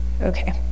Okay